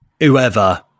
whoever